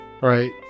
right